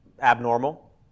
abnormal